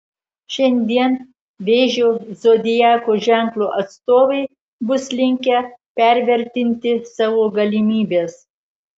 šiandien vėžio zodiako ženklo atstovai bus linkę pervertinti savo galimybes